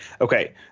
Okay